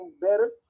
better